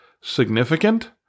significant